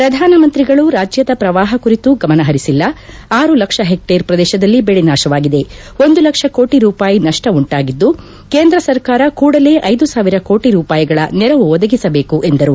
ಪ್ರಧಾನ ಮಂತ್ರಿಗಳು ರಾಜ್ಯದ ಪ್ರವಾಪ ಕುರಿತು ಗಮನ ಪರಿಸಿಲ್ಲ ಆರು ಲಕ್ಷ ಹೆಕ್ಷೇರ್ ಪ್ರದೇಶದಲ್ಲಿ ಬೆಳೆ ನಾಶವಾಗಿದೆ ಒಂದು ಲಕ್ಷ ಕೋಟಿ ರೂಪಾಯಿ ನಷ್ಷ ಉಂಟಾಗಿದ್ದು ಕೇಂದ್ರ ಸರ್ಕಾರ ಕೂಡಲೇ ಐದು ಸಾವಿರ ಕೋಟಿ ರೂಪಾಯಿಗಳ ನೆರವು ಒದಗಿಸಬೇಕು ಎಂದರು